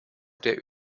der